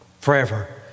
forever